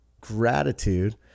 gratitude